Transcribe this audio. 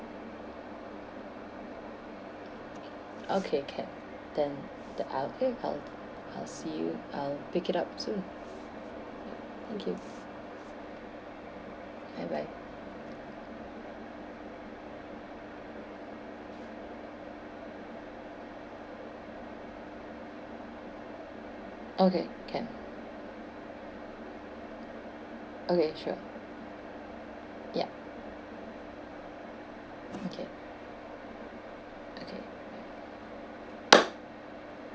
okay can then the I'll K I'll I'll see you I'll pick it up soon thank you bye bye okay can okay sure yup okay okay